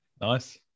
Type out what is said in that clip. Nice